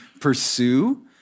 pursue